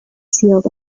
sealed